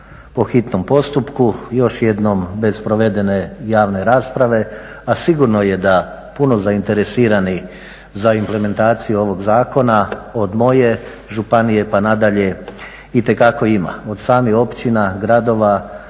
po hitnom postupku, još jednom bez provedene javne rasprave, a sigurno je da puno zainteresiranih za implementaciju ovog zakona od moje županije pa nadalje itekako ima. Od samih općina, gradova,